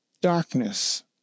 Darkness